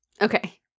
Okay